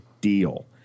deal